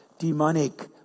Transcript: demonic